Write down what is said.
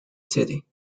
city